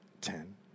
Ten